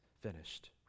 finished